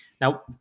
Now